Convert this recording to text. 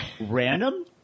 Random